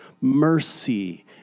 mercy